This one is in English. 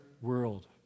world